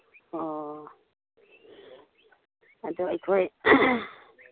ꯑꯣ ꯑꯗꯨ ꯑꯩꯈꯣꯏ